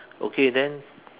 okay then